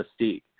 mystique